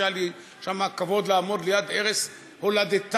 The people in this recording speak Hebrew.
שהיה לי שם הכבוד לעמוד ליד ערש הולדתה,